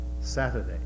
Saturday